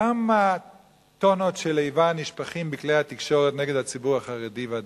כמה טונות של איבה נשפכות בכלי התקשורת נגד הציבור החרדי והדתי.